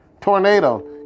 Tornado